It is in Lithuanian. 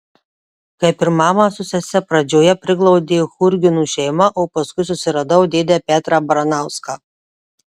kaip ir mamą su sese pradžioje priglaudė churginų šeima o paskui susiradau dėdę petrą baranauską